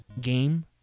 game